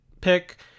pick